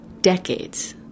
decades